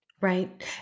Right